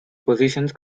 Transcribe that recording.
positions